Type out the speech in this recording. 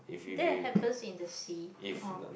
that it happens in the sea orh